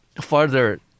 further